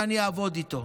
ואני אעבוד איתו.